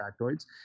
factoids